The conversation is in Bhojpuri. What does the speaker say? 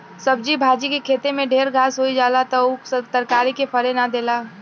सब्जी भाजी के खेते में ढेर घास होई जाला त उ तरकारी के फरे ना देला